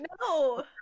No